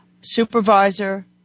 supervisor